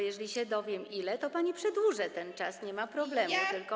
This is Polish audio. Jeżeli się dowiem ile, to pani przedłużę ten limit, nie ma problemu, tylko.